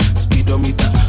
speedometer